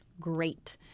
great